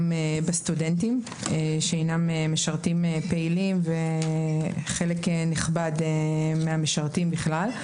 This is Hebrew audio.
גם בסטודנטים שהנם משרתים פעילים וחלק נכבד מהמשרתים בכלל.